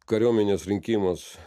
kariuomenės rinkimas